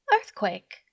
earthquake